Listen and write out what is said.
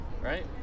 Right